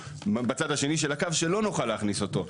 בצד השני של הקו שלא נוכל להכניס אותו.